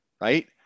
right